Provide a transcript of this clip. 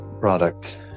product